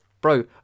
bro